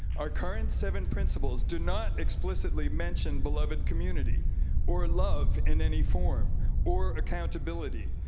our current seven principles do not explicitly mention beloved community or love in any form or accountability.